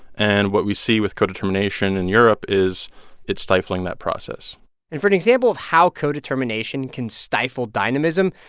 and what we see with co-determination in europe is it's stifling that process and for an example of how co-determination can stifle dynamism,